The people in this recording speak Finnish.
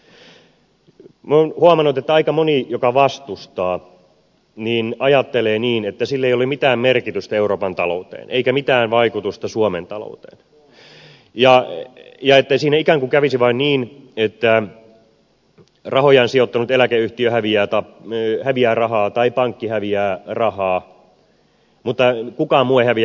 olen huomannut että aika moni joka vastustaa ajattelee niin että sillä ei ole mitään merkitystä euroopan taloudelle eikä mitään vaikutusta suomen talouteen ja että siinä ikään kuin kävisi vain niin että rahojaan sijoittanut eläkeyhtiö häviää rahaa tai pankki häviää rahaa mutta kukaan muu ei häviä yhtään mitään